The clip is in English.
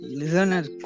listeners